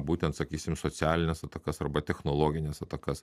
būtent sakysim socialines atakas arba technologines atakas